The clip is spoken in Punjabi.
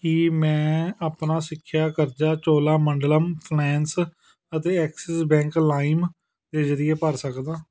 ਕੀ ਮੈਂ ਆਪਣਾ ਸਿੱਖਿਆ ਕਰਜ਼ਾ ਚੋਲਾਮੰਡਲਮ ਫਾਈਨੈਂਸ ਅਤੇ ਐਕਸਿਸ ਬੈਂਕ ਲਾਇਮ ਦੇ ਜ਼ਰੀਏ ਭਰ ਸਕਦਾ